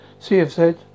CFZ